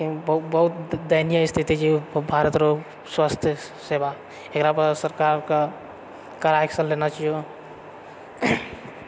बहुत दयनीए स्थिति छै भारत रोग स्वास्थ्य सेवा एकरा पर सरकारके करा एक्शन लेना चाहियो